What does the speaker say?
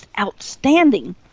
outstanding